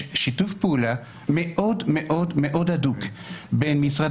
יש שיתוף פעולה מאוד מאוד הדוק בין משרד